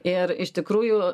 ir iš tikrųjų